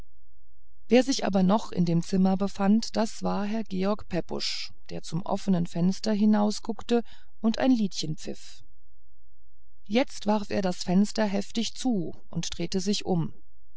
wer sich aber noch in dem zimmer befand das war herr george pepusch der zum offnen fenster hinausguckte und ein liedchen pfiff jetzt warf er das fenster heftig zu und drehte sich um